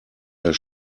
der